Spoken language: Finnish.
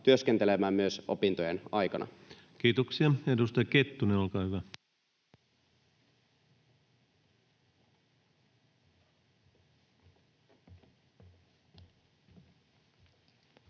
työskentelemään myös opintojen aikana. Kiitoksia. — Edustaja Kettunen, olkaa hyvä.